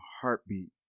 heartbeat